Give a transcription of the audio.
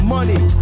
Money